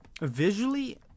Visually